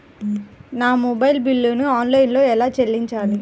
నా మొబైల్ బిల్లును ఆన్లైన్లో ఎలా చెల్లించాలి?